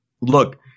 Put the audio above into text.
Look